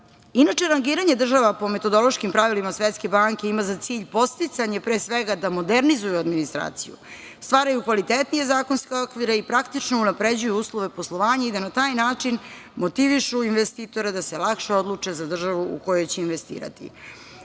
temu. Inače, rangiranje država po metodološkim pravilima Svetske banke ima za cilj podsticanje pre svega da modernizuju administraciju, stvaraju kvalitetnije zakonske okvire i praktično unapređuju uslove poslovanja i da na taj način motivišu investitore da se lakše odluče za državu u koju će investirati. Srbija